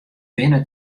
pinne